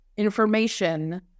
information